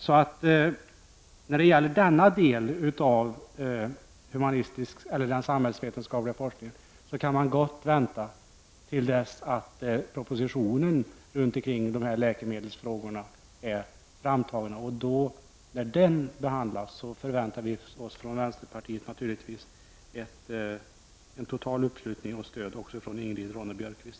Så när det gäller denna del av den samhällsvetenskapliga forskningen kan man gott vänta tills propositionen om läkemedelsfrågorna är framtagen. När den behandlas förväntar vi oss från vänsterpartiets sida naturligtvis total uppslutning och stöd också från Ingrid Ronne-Björkqvist.